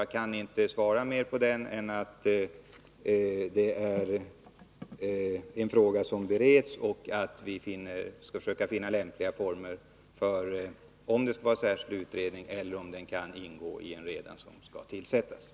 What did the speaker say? Jag kan därför inte svara mer än att frågan bereds och att vi skall försöka finna lämpliga former för den — om det skall vara en särskild utredning eller om den kan ingå i en redan beslutad utredning.